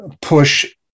push